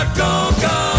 go-go